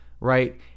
right